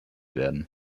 werden